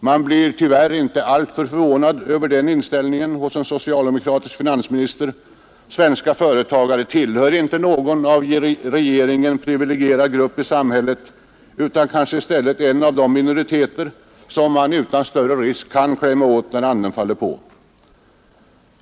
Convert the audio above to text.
Man blir tyvärr inte alltför förvånad över den inställningen hos en socialdemokratisk finansminister — svenska företagare är inte någon av regeringen privilegierad grupp i samhället utan i stället en av de minoriteter som man utan risk anser sig kunna klämma åt, när andan faller på.